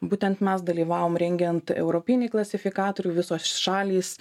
būtent mes dalyvavom rengiant europinį klasifikatorių visos šalys